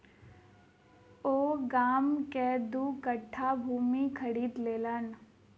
ओ गाम में दू कट्ठा भूमि खरीद लेलैन